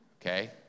okay